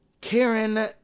Karen